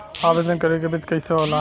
आवेदन करे के विधि कइसे होला?